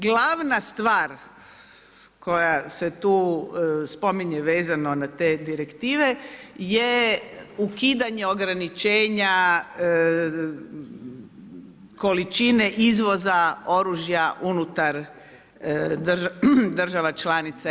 Glavna stvar koja se tu spominje vezano na te direktive je ukidanje ograničenja količine izvoza oružja unutar država članica EU.